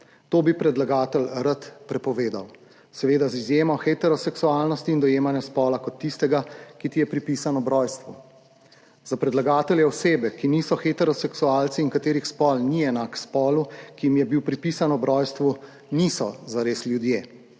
To bi predlagatelj rad prepovedal, seveda z izjemo heteroseksualnosti in dojemanja spola kot tistega, ki ti je pripisan ob rojstvu. Za predlagatelje osebe, ki niso heteroseksualci in katerih spol ni enak spolu, ki jim je bil pripisan ob rojstvu, niso zares ljudje.